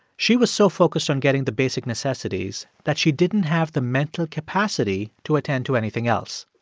she was so focused on getting the basic necessities that she didn't have the mental capacity to attend to anything else.